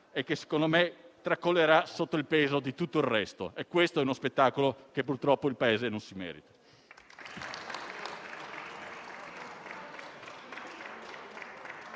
e che, secondo me, tracollerà sotto il peso di tutto il resto. Questo è uno spettacolo che, purtroppo, il Paese non si merita.